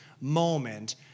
moment